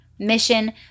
Mission